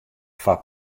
foar